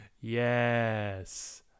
Yes